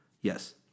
yes